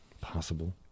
Possible